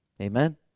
Amen